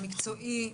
המקצועי,